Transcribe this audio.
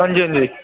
हां जी हां जी